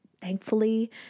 thankfully